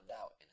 out